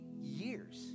years